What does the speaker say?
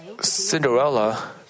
Cinderella